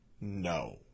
No